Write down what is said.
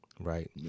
right